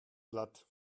platt